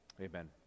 Amen